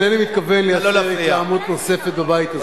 אינני מתכוון לייצר התלהמות נוספת בבית הזה.